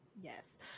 Yes